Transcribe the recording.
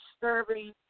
disturbing